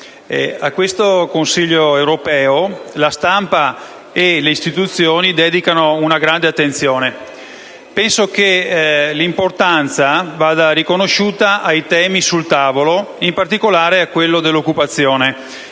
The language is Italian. A questo Consiglio europeo la stampa e le istituzioni dedicano una grande attenzione. Penso che l'importanza vada riconosciuta ai temi sul tavolo, in particolare a quello dell'occupazione